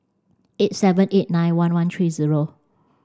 eight seven eight nine one one three zero